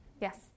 Yes